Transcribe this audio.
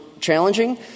challenging